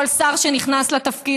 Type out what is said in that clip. כל שר שנכנס לתפקיד,